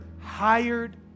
hired